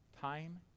time